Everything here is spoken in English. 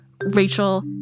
Rachel